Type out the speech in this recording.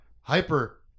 hyper